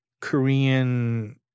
korean